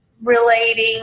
relating